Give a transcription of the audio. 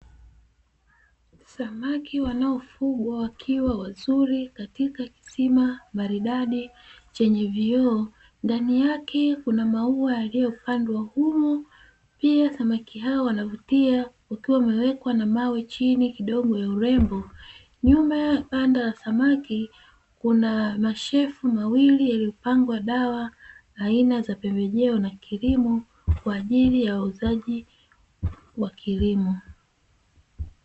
Samaki wanaofugwa wakiwa wazuri katika kisima maridadi chenye vioo, ndani yake kuna maua yaliyopandwa humo, pia samaki hao wanavutia wakiwa wamewekwa na mawe chini kidogo ya urembo, nyuma ya panda na samaki kuna mashefu mawili yaliyopangwa dawa aina za pembejeo, na kilimo kwa ajili ya wauzaji wa kilimo.